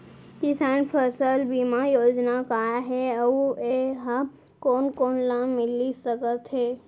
किसान फसल बीमा योजना का हे अऊ ए हा कोन कोन ला मिलिस सकत हे?